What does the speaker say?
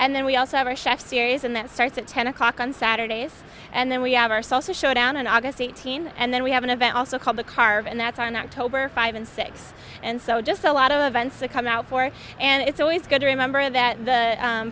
and then we also have a chef series and that starts at ten o'clock on saturdays and then we have our salsa show down in august eighteen and then we have an event also called the carve and that's our in october five and six and so just a lot of events a now four and it's always good to remember that the